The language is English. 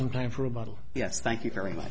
some time for a bottle yes thank you very much